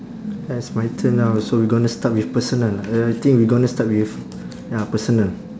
ya it's my turn now so we gonna start with personal ya I think we gonna start with ya personal